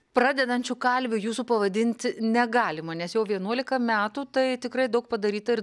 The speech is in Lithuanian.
pradedančiu kalviu jūsų pavadinti negalima nes jau vienuolika metų tai tikrai daug padaryta ir